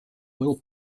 oil